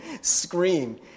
scream